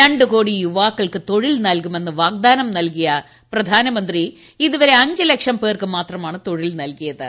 ര ു കോടി യുവാക്കൾക്ക് തൊഴിൽ ന്റ്ർക്കുമെന്ന് വാഗ്ദാനം നൽകിയ പ്രധാനമന്ത്രി ഇതുവരെ അഞ്ചൂല്ക്ഷം പേർക്ക് മാത്രമാണ് തൊഴിൽ നൽകിയത്